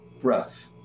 breath